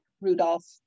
Rudolph